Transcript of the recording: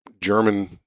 German